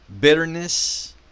bitterness